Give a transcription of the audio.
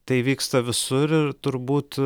tai vyksta visur ir turbūt